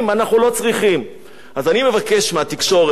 אז אני מבקש מהתקשורת, אני, אחד הדברים, לסיום.